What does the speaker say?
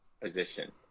position